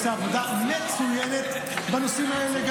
אני חושב שהשר ארבל עושה עבודה מצוינת גם בנושאים האלה,